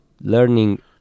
learning